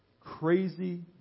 crazy